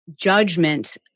judgment